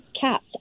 cats